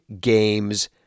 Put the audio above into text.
games